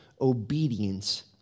obedience